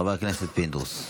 חבר הכנסת פינדרוס.